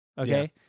okay